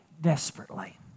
desperately